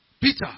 Peter